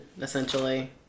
essentially